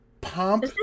pomp